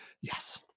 Yes